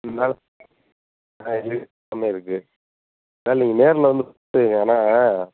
ம் நாள் ஆ எல்லாமே இருக்குது இருந்தாலும் நீங்கள் நேரில் வந்து பார்த்துக்குங்க ஏனால்